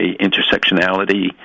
intersectionality